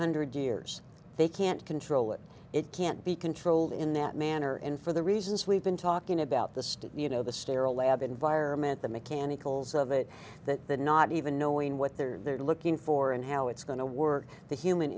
hundred years they can't control it it can't be controlled in that manner and for the reasons we've been talking about the state you know the sterile lab environment the mechanicals of it that the not even knowing what they're looking for and how it's going to work the human